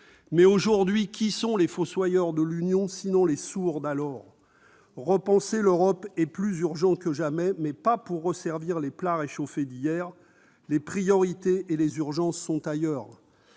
Mais aujourd'hui, qui sont les fossoyeurs de l'Union sinon les sourds d'alors ? Repenser l'Europe est plus que jamais urgent, mais pas pour resservir les plats réchauffés d'hier. Les priorités et les urgences sont ailleurs.